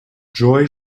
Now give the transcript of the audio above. joy